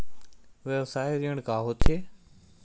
व्यवसाय ऋण का होथे?